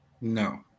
no